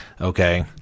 Okay